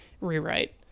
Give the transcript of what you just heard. rewrite